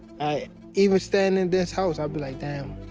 even staying in this house, i'll be, like damn,